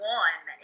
one